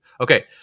Okay